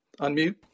unmute